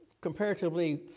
comparatively